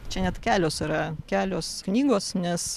čia net kelios yra kelios knygos nes